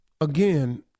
Again